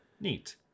neat